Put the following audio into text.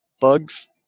bugs